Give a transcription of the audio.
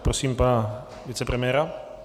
Prosím pana vicepremiéra.